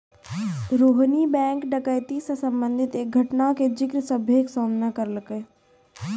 Rohini bank डकैती से संबंधित एक घटना के जिक्र सभ्भे के सामने करलकै